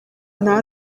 nta